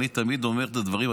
אני תמיד אומר את הדברים,